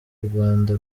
rwanda